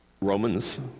Romans